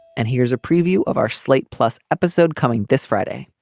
and here's a preview of our slate plus episode coming this friday.